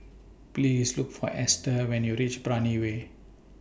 Please Look For Ester when YOU REACH Brani Way